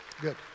Good